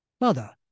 Mother